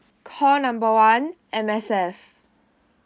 call number one M_S_F